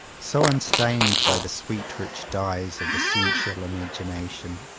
so unstained by the sweet rich dyes of the sensual imagination?